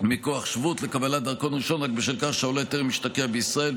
מכוח שבות לקבלת דרכון ראשון רק בשל כך שהעולה טרם השתקע בישראל.